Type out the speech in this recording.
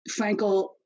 Frankel